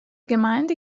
gemeinde